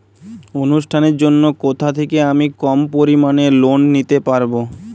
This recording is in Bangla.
অনুষ্ঠানের জন্য কোথা থেকে আমি কম পরিমাণের লোন নিতে পারব?